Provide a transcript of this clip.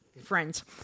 Friends